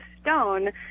stone